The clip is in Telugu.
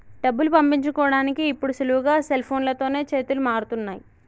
డబ్బులు పంపించుకోడానికి ఇప్పుడు సులువుగా సెల్ఫోన్లతోనే చేతులు మారుతున్నయ్